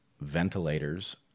ventilators